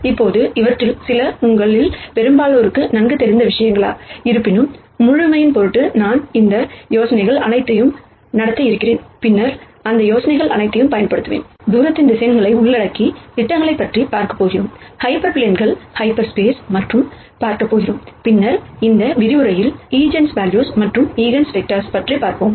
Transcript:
இப்போது இவற்றில் சில உங்களில் பெரும்பாலோருக்கு நன்கு தெரிந்த விஷயங்கள் இருப்பினும் முழுமையின் பொருட்டு நான் இந்த யோசனைகள் அனைத்தையும் நடத்த இருக்கிறேன் பின்னர் அந்த யோசனைகள் அனைத்தையும் பயன்படுத்துவேன் எனவே வெக்டர் நொட்டேஷன்ஸ் ஆப் டிஸ்டன்ஸ் திட்டங்களைப் பற்றி பார்க்கப் போகிறோம் ஹைப்பர் பிளேன்கள் ஹாஃப் ஸ்பேஸ் பற்றியும் பார்க்கப் போகிறோம் பின்னர் இந்த விரிவுரையில் ஈஜென்வெல்யூஸ் மற்றும் ஈஜென்வெக்டர்களைப் பற்றி பார்ப்போம்